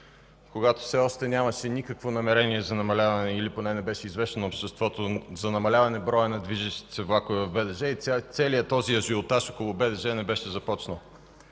когато все още нямаше никакво намерение, или поне не беше известно на обществото, за намаляване броя на движещите се влакове в БДЖ и целият този ажиотаж около БДЖ не беше започнал.